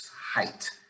height